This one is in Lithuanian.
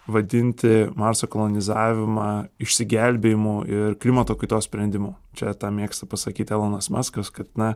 vadinti marso kolonizavimą išsigelbėjimu ir klimato kaitos sprendimu čia tą mėgsta pasakyt elonas maskas kad na